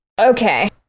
Okay